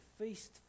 feast